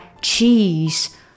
cheese